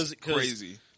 Crazy